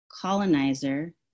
colonizer